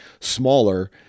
smaller